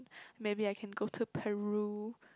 maybe I can go to Peru